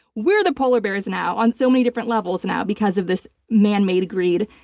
we're the polar bears now on so many different levels now because of this man-made greed.